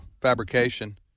fabrication